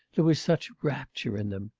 there was such rapture in them.